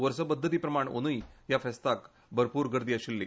वर्सपध्दती प्रमाण अंद्य ह्या फेस्ताक भरपूर गर्दी जाल्ली